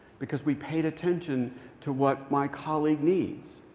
because we paid attention to what my colleague needs.